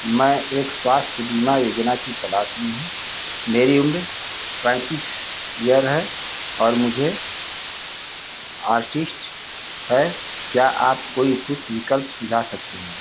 मैं एक स्वास्थ्य बीमा योजना की तलाश में हूँ मेरी उम्र पैंतीस ईयर है और मुझे आर्टिस्ट है क्या आप कोई उपयुक्त विकल्प सुझा सकते हैं